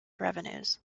revenues